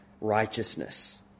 righteousness